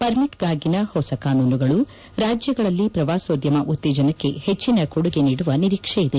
ಪರ್ಮಿಟ್ಗಾಗಿನ ಹೊಸ ಕಾನೂನುಗಳು ರಾಜ್ಯಗಳಲ್ಲಿ ಪ್ರವಾಸೋದ್ಯಮ ಉತ್ತೇಜನಕ್ಕೆ ಹೆಜ್ಜಿನ ಕೊಡುಗೆ ನೀಡುವ ನಿರೀಕ್ಷೆ ಇದೆ